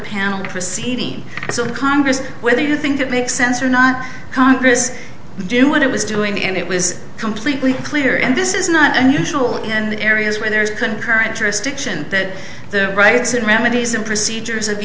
panel proceeding so congress whether you think it makes sense or not congress do what it was doing and it was completely clear and this is not unusual and in areas where there is concurrent jurisdiction that the rights and remedies and procedures of